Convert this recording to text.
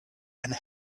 and